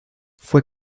fue